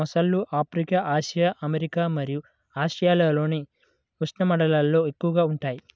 మొసళ్ళు Africa, Asia, America మరియు ఆస్ట్రేలియాలోని ఉష్ణమండలాల్లో ఎక్కువగా ఉంటాయి